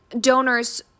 donors